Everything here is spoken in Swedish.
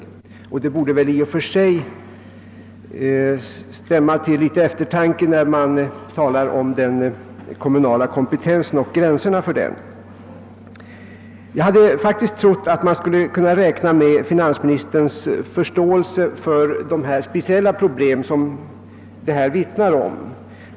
Detta illustrerar svårigheterna i bedömningen av gränserna för den kommunala kompetensen. Jag hade faktiskt trott att man skulle kunna räkna med finansministerns förståelse för de speciella problem som sSsituationen vittnar om.